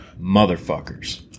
motherfuckers